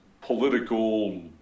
political